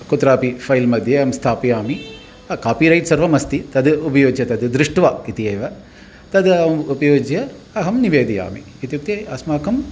कुत्रापि फ़ैल्मध्ये अहं स्थापयामि कापिरैट् सर्वमस्ति तद् उपयुज्य तद् दृष्ट्वा इति एव तद् उपयुज्य अहं निवेदयामि इत्युक्ते अस्माकम्